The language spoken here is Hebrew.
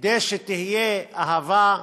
כדי שתהיה אהבה,